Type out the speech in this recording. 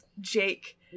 jake